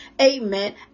Amen